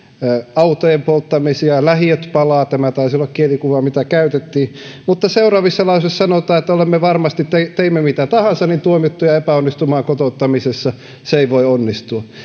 autojen polttamisia lähiöt palavat tämä taisi olla kielikuva mitä käytettiin mutta seuraavissa lauseissa sanotaan että olemme varmasti teimme teimme mitä tahansa tuomittuja epäonnistumaan kotouttamisessa se ei voi onnistua